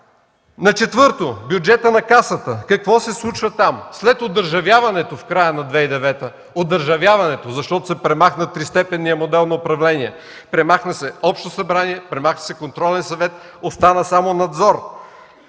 На четвърто място, бюджетът на Касата. Какво се случва там? След одържавяването в края на 2009 г. – одържавяването, защото се премахна тристепенният модел на управление, премахна се общо събрание, премахна се контролен съвет, остана само надзор.